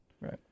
Right